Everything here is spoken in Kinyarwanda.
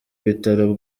bitaro